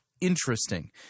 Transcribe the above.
interesting